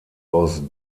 aus